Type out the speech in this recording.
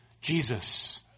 Jesus